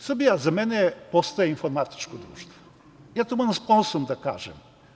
Srbija za mene postaje informatičko društvo, ja to moram s ponosom da kažem.